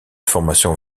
formation